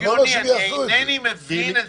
אינני מבין את זה.